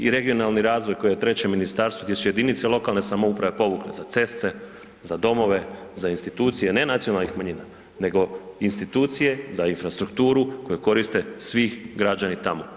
I regionalni razvoj koji je treće ministarstvo gdje su jedinice lokalne samouprave povukle za ceste, za domove, za institucije ne nacionalnih manjina nego institucije za infrastrukturu koje koristi svi građani tamo.